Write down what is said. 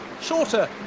shorter